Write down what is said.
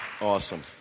Awesome